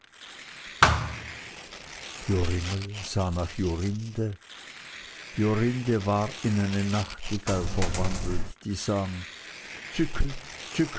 joringel sah nach jorinde jorinde war in eine nachtigall verwandelt die sang